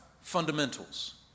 fundamentals